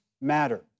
matter